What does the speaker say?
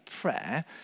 prayer